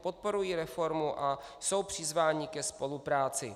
Podporují reformu a jsou přizváni ke spolupráci.